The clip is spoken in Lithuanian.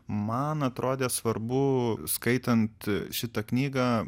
man atrodė svarbu skaitant šitą knygą